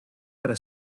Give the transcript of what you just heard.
para